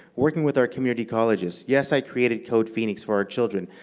working with our community colleges. yes, i created code phoenix for our children.